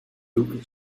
hoek